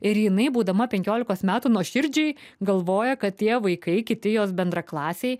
ir jinai būdama penkiolikos metų nuoširdžiai galvoja kad tie vaikai kiti jos bendraklasiai